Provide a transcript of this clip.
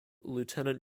lieutenant